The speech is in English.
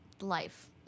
life